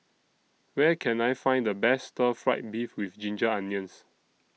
Where Can I Find The Best Stir Fried Beef with Ginger Onions